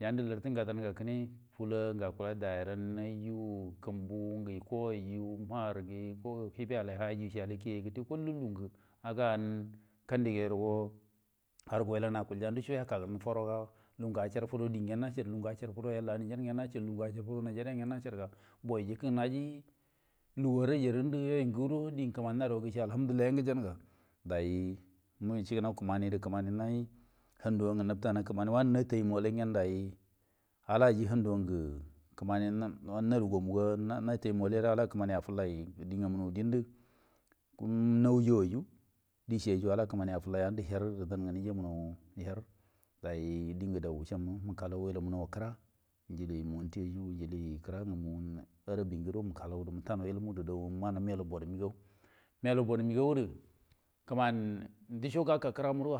Yande larte ngadan ga kine fula acula durun yu kimbunge yikoyan ge mahar nge yuko yun nge ki balai ha yu cal lai kettea kol yo yugu an da yen kendigero hai gwai ro acil lugu acar fodo acinyen acar fudo yalla nge yen fuwu nigenange nalar de naji lugai yen nen judo di kimani naru ce alhamdullilai nge tenga dayi mucenir kimani ga kamini nayi hamduro nitai ni gen glai alla aji handuo nge kimani naru ngamu nge nataimu alla kimani akulai di gamun nau din di nawui yo yu dice yo alla kimani yen di her ge aju mun nge her dai ye di nge wumunnai wuenge. Wellainu coni kira ngile monti o yu njili kira ngamu abin ngudo ital ilmu wudo mutai bor mego – nel bor mego gede kiman nduko geka kiramu ro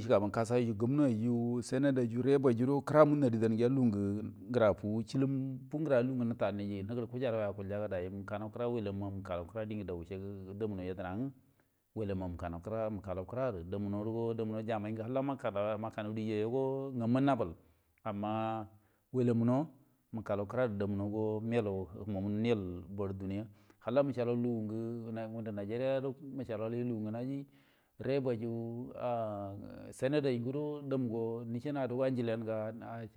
shugaban kasa yuru gunna yu naju dan kira muru ngra fu silum ngra nctal kiri kujara yo acula ga mutalau yallamu kira ga damu yedena damuno kamai halla a makano chio yon gedo, ngamu o nabal amma wellamo mukalau kira gedi dammo melo den dunaa halla lugunge nigeria ado lugun ge kal mmun ga naji rep oyu a a senat a yu gudo dam go nice ga njilin.